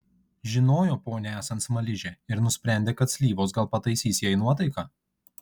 žinojo ponią esant smaližę ir nusprendė kad slyvos gal pataisys jai nuotaiką